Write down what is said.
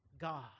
God